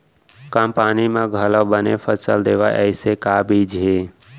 कम पानी मा घलव बने फसल देवय ऐसे का बीज हे?